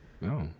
no